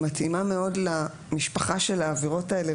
מתאימה מאוד למשפחה של העבירות האלה